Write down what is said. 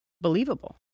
believable